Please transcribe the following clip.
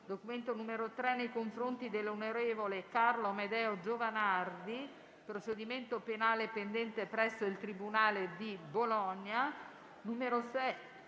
documento n. 3, nei confronti dell'onorevole Carlo Amedeo Giovanardi (procedimento penale pendente presso il tribunale di Bologna);